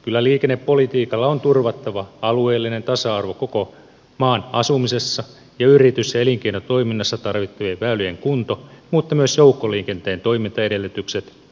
kyllä liikennepolitiikalla on turvattava alueellinen tasa arvo koko maan asumisessa ja yritys ja elinkeinotoiminnassa tarvittavien väylien kunto mutta myös joukkoliikenteen toimintaedellytykset